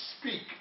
speak